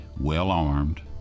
well-armed